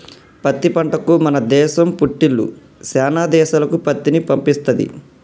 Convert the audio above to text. పత్తి పంటకు మన దేశం పుట్టిల్లు శానా దేశాలకు పత్తిని పంపిస్తది